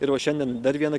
ir va šiandien dar vieną